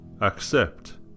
Accept